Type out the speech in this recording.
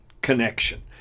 connection